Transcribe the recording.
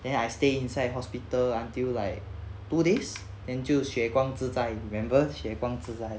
then I stay inside hospital until like two days then 就血光之灾 remember 血光之灾